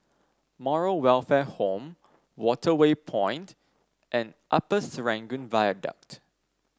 Moral Welfare Home Waterway Point and Upper Serangoon Viaduct